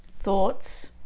thoughts